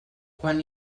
quan